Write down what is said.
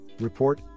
report